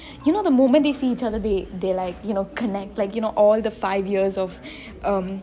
you know the moment they see each other they connect you know all the five years of